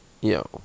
yo